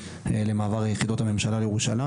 למעבר יחידות הממשלה לירושלים.